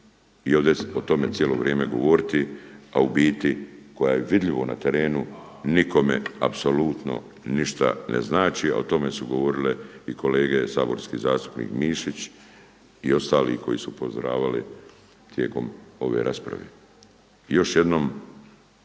i o tome cijelo vrijeme govoriti, a u biti koja je vidljivo na terenu nikome apsolutno ništa ne znači, a o tome su govorile i kolege saborski zastupnik Mišići i ostali koji su upozoravali tijekom ove rasprave. I još jednom